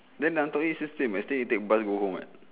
then I thought it's the same I still need to take bus go home [what]